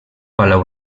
palau